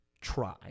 try